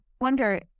wonder